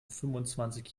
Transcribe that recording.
fünfundzwanzig